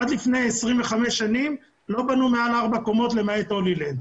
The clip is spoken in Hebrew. עד לפני 25 שנים לא בנו מעל ארבע קומות למעט הולילנד.